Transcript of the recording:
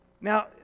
Now